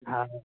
हँ